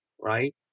right